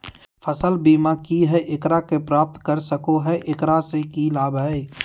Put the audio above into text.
फसल बीमा की है, एकरा के प्राप्त कर सको है, एकरा से की लाभ है?